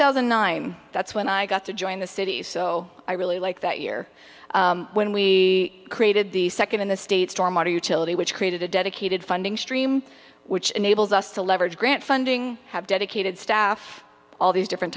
thousand and nine that's when i got to join the city so i really like that year when we created the second in the state storm our utility which created a dedicated funding stream which enables us to leverage grant funding have dedicated staff all these different